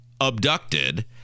abducted